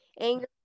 anger